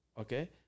Okay